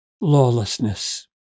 lawlessness